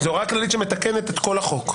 זו הוראה כללית שמתקנת את כל החוק.